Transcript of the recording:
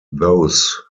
those